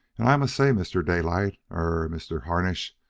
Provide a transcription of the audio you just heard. and i must say, mr. daylight er, mr. harnish,